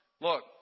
Look